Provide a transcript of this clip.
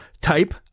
Type